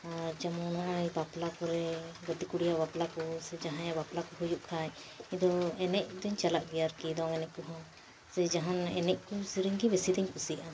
ᱟᱨ ᱡᱮᱢᱚᱱ ᱱᱚᱜ ᱚᱭ ᱵᱟᱯᱞᱟ ᱠᱚᱨᱮ ᱜᱟᱛᱮ ᱠᱩᱲᱤᱭᱟᱜ ᱵᱟᱯᱞᱟ ᱠᱚ ᱥᱮ ᱡᱟᱦᱟᱸᱭᱟᱜ ᱵᱟᱯᱞᱟ ᱠᱚ ᱦᱩᱭᱩᱜ ᱠᱷᱟᱱ ᱤᱧ ᱫᱚ ᱮᱱᱮᱡ ᱫᱚᱧ ᱪᱟᱞᱟᱜ ᱜᱮᱭᱟ ᱟᱨᱠᱤ ᱫᱚᱝ ᱮᱱᱮᱡ ᱠᱚᱦᱚᱸ ᱥᱮ ᱡᱟᱦᱟᱱ ᱮᱱᱮᱡ ᱠᱷᱚᱱ ᱥᱮᱨᱮᱧ ᱜᱮ ᱵᱮᱥᱤᱧ ᱠᱩᱥᱤᱭᱟᱜᱼᱟ